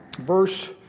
verse